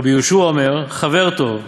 רבי יהושע אומר, חבר טוב,